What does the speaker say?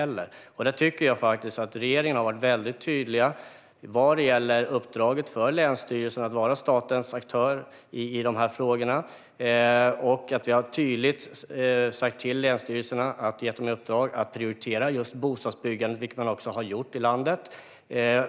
Jag tycker faktiskt att regeringen har varit väldigt tydlig vad gäller uppdraget för länsstyrelserna att vara statens aktör i dessa frågor. Vi har tydligt gett länsstyrelserna i uppdrag att prioritera just bostadsbyggandet, vilket de också har gjort i landet.